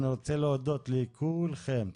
אני רוצה להודות לכולכם.